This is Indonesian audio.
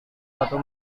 satu